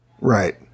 Right